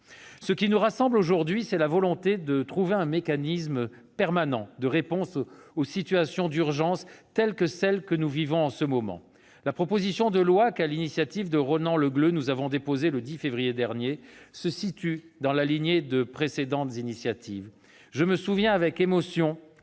Ce qui nous rassemble aujourd'hui, c'est la volonté de trouver un mécanisme permanent de réponse aux situations d'urgence comme celle que nous vivons en ce moment. La proposition de loi que, sous l'impulsion de Ronan Le Gleut, nous avons déposée le 10 février dernier se situe dans la lignée de précédentes initiatives. Je me souviens avec émotion